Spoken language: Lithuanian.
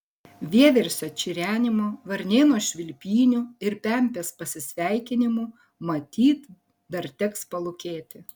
vieversio čirenimo varnėno švilpynių ir pempės pasisveikinimų matyt dar teks palūkėti